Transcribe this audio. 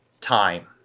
time